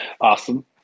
Awesome